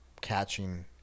Catching